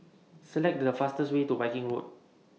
Select The fastest Way to Viking Road